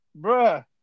bruh